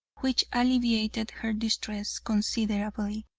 which alleviated her distress considerably,